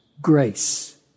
grace